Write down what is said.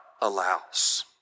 allows